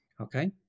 Okay